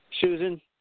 Susan